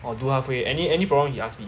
orh do halfway any any problem he ask me